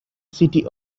city